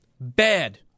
bad